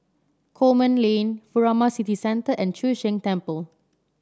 Coleman Lane Furama City Centre and Chu Sheng Temple